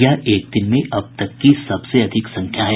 यह एक दिन में अब तक की सबसे अधिक संख्या है